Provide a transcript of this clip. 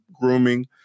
grooming